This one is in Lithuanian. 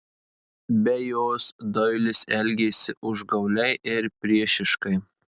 be jos doilis elgėsi užgauliai ir priešiškai